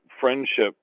friendship